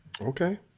Okay